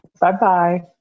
Bye-bye